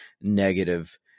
negative